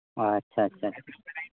ᱟᱪᱪᱷᱟ ᱟᱪᱪᱷᱟ ᱟᱪᱪᱷᱟ